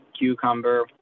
cucumber